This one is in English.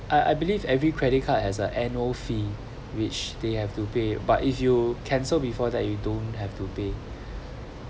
I I believe every credit card has an annual fee which they have to pay but if you cancel before that you don't have to pay